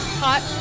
hot